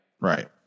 Right